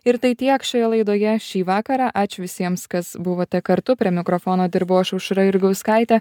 ir tai tiek šioje laidoje šį vakarą ačiū visiems kas buvote kartu prie mikrofono dirbau aš aušra jurgauskaitė